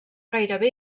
gairebé